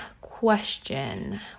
question